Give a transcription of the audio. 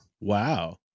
wow